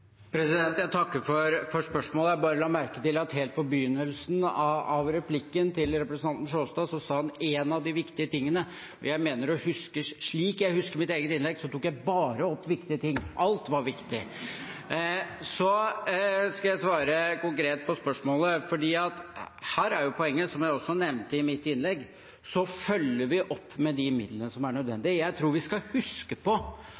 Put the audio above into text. Jeg takker for spørsmålet. Jeg la merke til at representanten Sjåstad helt på begynnelsen av replikken sa «en av de viktige tingene». Slik jeg husker mitt eget innlegg, tok jeg bare opp viktige ting. Alt var viktig. Så skal jeg svare konkret på spørsmålet: Her er jo poenget, som jeg også nevnte i mitt innlegg, at vi følger opp med de midlene som er nødvendige. Jeg tror vi skal huske på